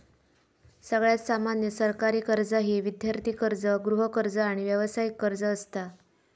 सगळ्यात सामान्य सरकारी कर्जा ही विद्यार्थी कर्ज, गृहकर्ज, आणि व्यावसायिक कर्ज असता